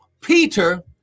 Peter